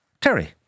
Terry